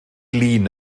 lŷn